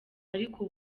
ariko